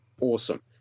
awesome